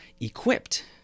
equipped